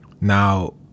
Now